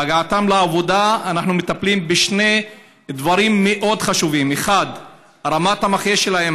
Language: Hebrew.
בהגעתם לעבודה אנחנו מטפלים בשני דברים מאוד חשובים: 1. רמת המחיה שלהם,